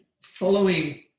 following